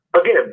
again